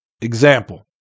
Example